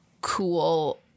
cool